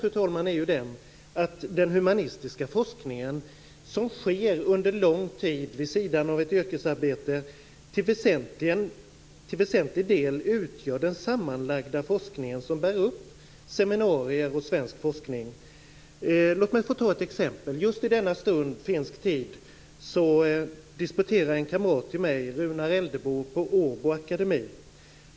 Sanningen är ju den att den humanistiska forskning som sker under lång tid vid sidan av ett yrkesarbete till väsentlig del utgör den sammanlagda forskningen som bär upp seminarier och svensk forskning. Jag skall ta upp ett exempel. Just i denna stund - finsk tid - disputerar en kamrat till mig, Runar Eldebo, på Åbo akademi.